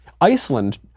Iceland